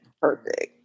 perfect